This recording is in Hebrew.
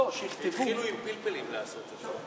התחילו עם פלפלים לעשות את זה.